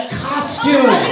costume